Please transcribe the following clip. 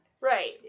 right